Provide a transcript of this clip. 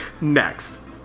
Next